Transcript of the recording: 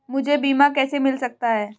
मुझे बीमा कैसे मिल सकता है?